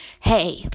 Hey